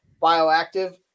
bioactive